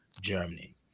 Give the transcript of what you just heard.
Germany